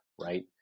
right